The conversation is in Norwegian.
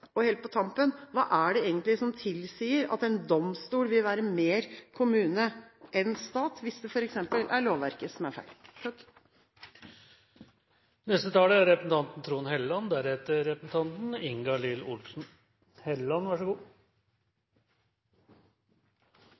det egentlig som tilsier at en domstol vil være mer kommune enn stat hvis det f.eks. er lovverket som er feil? Det var godt å få sluppet katta ut av sekken, for det som har undret oss som har jobbet med denne saken, inkludert representanten